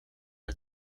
can